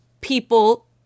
people